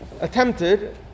attempted